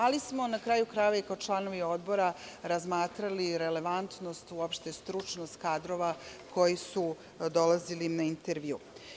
Ali smo na kraju krajeva i kod članova Odbora razmatrali relevantnost, uopšte stručnost kadrova koji su dolazili na intervju.